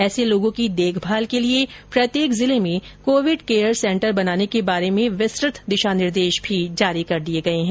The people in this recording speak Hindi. ऐसे लोगों की देखभाल के लिए प्रत्येक जिले में कोविड केयर सेंटर बनाने के बारे में विस्तृत दिशा निर्देश भी जारी कर दिए गए है